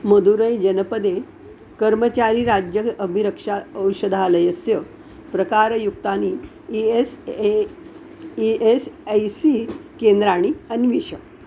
मधुरै जनपदे कर्मचारीराज्य अबिरक्षा औषधालयस्य प्रकारयुक्तानि E S A E S I C केन्द्राणि अन्विष